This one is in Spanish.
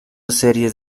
series